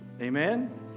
Amen